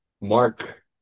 Mark